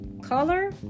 color